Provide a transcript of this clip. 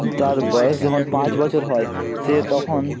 তার বয়স যখন পাঁচ বছর হয় সে তখন